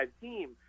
team